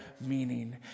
meaning